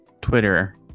Twitter